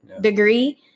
degree